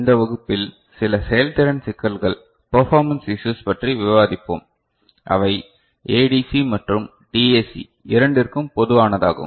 இந்த வகுப்பில் சில செயல்திறன் சிக்கல்களை பெர்போர்மன்ஸ் இஸ்யூஸ் பற்றி விவாதிப்போம் அவை ADC மற்றும் DAC இரண்டிற்கும் பொதுவானதாகும்